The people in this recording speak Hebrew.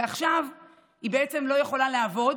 עכשיו היא, בעצם, לא יכולה לעבוד,